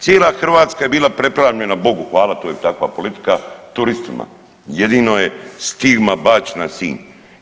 Cijela Hrvatska je bila preplavljena, bogu hvala to je takva politika turistima jedino je stigma bačena na Sinj.